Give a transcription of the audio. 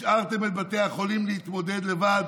השארתם את בתי החולים להתמודד לבד